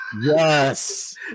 yes